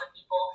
People